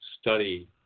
study